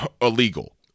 illegal